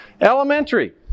Elementary